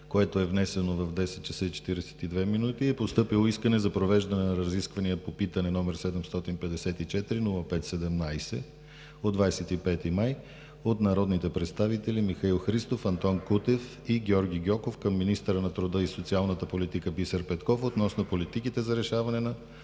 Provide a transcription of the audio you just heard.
което е внесено в 10,42 ч., е постъпило искане за провеждане на разисквания по питане, № 754-05-17, от 25 май 2017 г. от народните представители Михаил Христов, Антон Кутев и Георги Гьоков към министъра на труда и социалната политика Бисер Петков относно политиките за решаване на